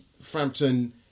Frampton